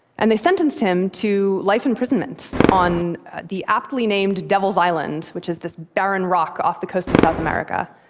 and they sentenced him to life imprisonment on the aptly named devil's island, which is this barren rock off the coast of south america.